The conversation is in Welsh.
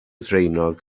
ddraenog